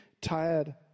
tired